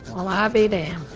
well, i be damn.